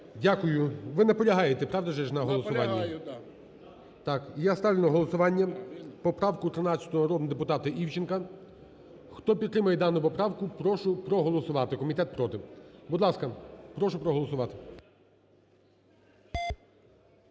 Дякую. Ви наполягаєте, правда, на голосуванні? ЗАБОЛОТНИЙ Г.М. Наполягаю, да. ГОЛОВУЮЧИЙ. І я ставлю на голосування поправку 13 народного депутата Івченка. Хто підтримує дану поправку, прошу проголосувати, комітет проти. Будь ласка, прошу проголосувати.